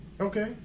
Okay